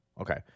Okay